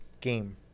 game